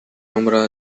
nombrado